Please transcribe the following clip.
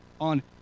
on